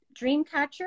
dreamcatcher